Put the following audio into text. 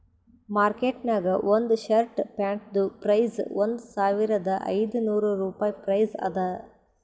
market ನಾಗ್ ಒಂದ್ shirt ಪ್ಯಾಂಟ್ದು ಪ್ರೈಸ್ ಒಂದ್ ಸಾವಿರದ ಐದ ನೋರ್ ರುಪಾಯಿ ಪ್ರೈಸ್ ಅದಾ